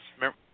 Remember